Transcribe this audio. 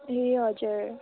ए हजुर